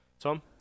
Tom